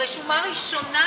רשומה ראשונה,